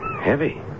heavy